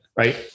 Right